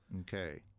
Okay